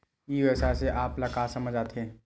ई व्यवसाय से आप ल का समझ आथे?